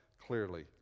clearly